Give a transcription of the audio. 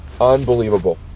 Unbelievable